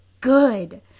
good